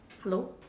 hello